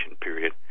period